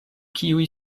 kiuj